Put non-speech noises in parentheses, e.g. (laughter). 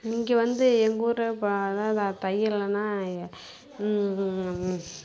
இங்கே வந்து எங்கள் ஊரில் (unintelligible) தையல் என்னன்னால்